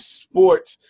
Sports